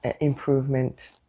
improvement